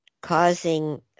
causing